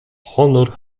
honor